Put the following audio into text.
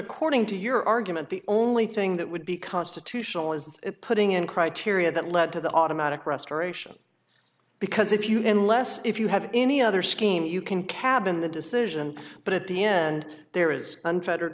according to your argument the only thing that would be constitutional is putting in criteria that led to the automatic restoration because if you've been less if you have any other scheme you can cab in the decision but at the end there is unfe